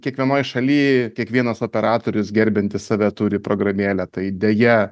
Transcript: kiekvienoj šaly kiekvienas operatorius gerbiantis save turi programėlę tai deja